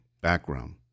background